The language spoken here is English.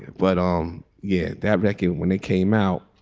but um yeah. that record when they came out.